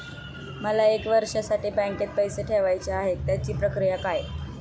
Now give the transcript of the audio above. मला एक वर्षासाठी बँकेत पैसे ठेवायचे आहेत त्याची प्रक्रिया काय?